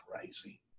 crazy